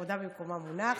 כבודה במקומו מונח.